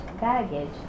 baggage